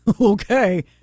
okay